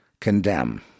condemn